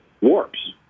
warps